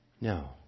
No